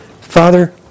Father